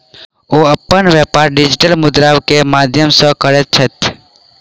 ओ अपन व्यापार डिजिटल मुद्रा के माध्यम सॅ करैत छथि